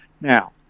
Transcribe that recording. Now